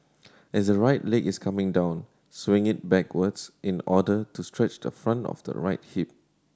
as the right leg is coming down swing it backwards in order to stretch the front of the right hip